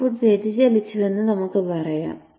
output വ്യതിചലിച്ചുവെന്ന് നമുക്ക് പറയാം